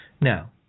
Now